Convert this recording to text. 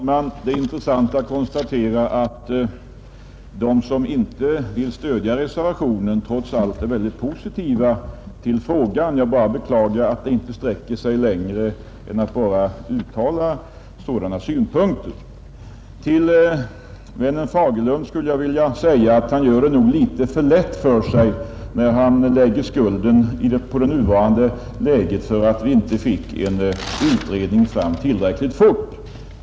Herr talman! Det är intressant att konstatera att de som inte vill stödja reservationen trots allt är positiva till frågan. Jag bara beklagar att de inte sträcker sig längre än till att uttala sådana synpunkter. Till vännen Fagerlund skulle jag vilja säga att han nog gör det litet lätt för sig när han lägger skulden för det nuvarande läget på att vi inte fick fram en utredning tillräckligt fort.